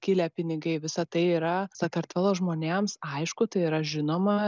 kilę pinigai visa tai yra sakartvelo žmonėms aišku tai yra žinoma